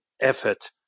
effort